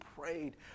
prayed